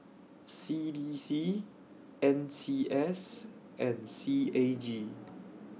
C D C N C S and C A G